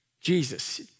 Jesus